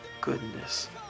goodness